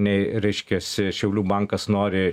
nei reiškiasi šiaulių bankas nori